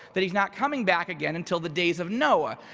that he's not coming back again until the days of noah.